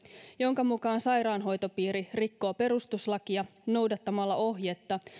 jonka mukaan sairaanhoitopiiri rikkoo perustuslakia noudattamalla ohjetta